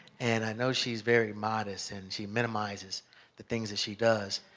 and i know she's very modest and she minimizes the things she does,